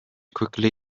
quickly